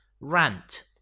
rant